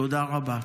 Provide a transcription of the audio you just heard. תודה רבה.